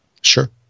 Sure